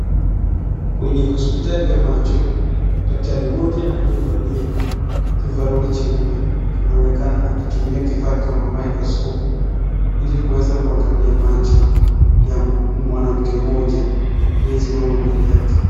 Kwenye hospitali ya macho daktari mmoja aliyevalia ovaroli cheupe anaonekana akitumia kifaa kama microscope ili kuweza kuangalia macho ya mwanamke mmoja aliyesimama mbele yake.